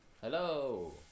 Hello